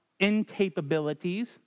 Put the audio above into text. incapabilities